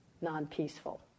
non-peaceful